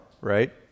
right